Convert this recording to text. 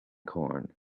corn